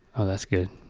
oh, that's good.